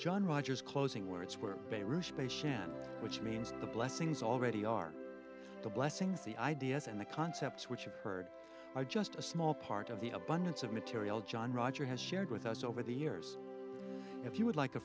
john rogers closing where it's where they rush they stand which means the blessings already are the blessings the ideas and the concepts which occurred are just a small part of the abundance of material john roger has shared with us over the years if you would like a